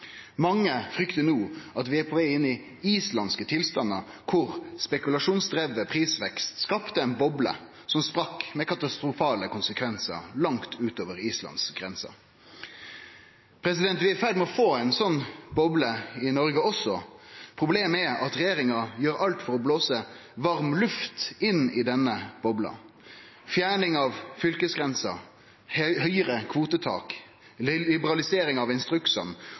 Mange fryktar no at vi er på veg inn i islandske tilstandar, der spekulasjonsdriven prisvekst skapte ei boble som sprakk, med katastrofale konsekvensar langt ut over Islands grense. Vi er i ferd med å få ei slik boble i Noreg også. Problemet er at regjeringa gjer alt for å blåse varm luft inn i denne bobla: fjerning av fylkesgrenser, høgare kvotetak, liberalisering av instruksane,